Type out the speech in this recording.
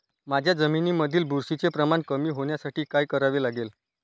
माझ्या जमिनीमधील बुरशीचे प्रमाण कमी होण्यासाठी काय करावे लागेल?